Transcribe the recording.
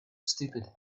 stupid